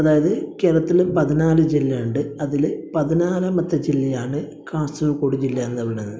അതായത് കേരളത്തിന് പതിനാല് ജില്ലയുണ്ട് അതില് പതിനാലാമത്തെ ജില്ലയാണ് കാസർഗോഡ് ജില്ലയെന്ന് പറയണത്